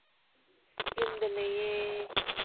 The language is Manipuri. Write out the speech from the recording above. ꯌꯨꯝꯗ ꯂꯩꯌꯦ